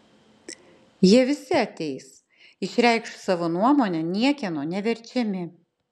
jie visi ateis išreikš savo nuomonę niekieno neverčiami